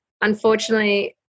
unfortunately